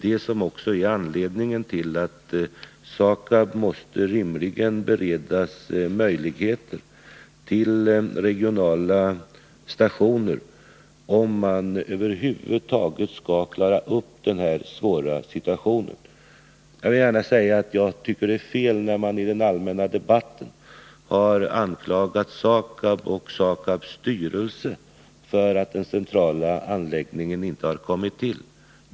Det är också anledningen till att SAKAB måste beredas möjligheter till regionala stationer, om företaget över huvud taget skall klara den här svåra situationen. Jag tycker att det är felaktigt att man i den allmänna debatten har anklagat SAKAB och dess styrelse för att den centrala anläggningen icke har kommit tillstånd.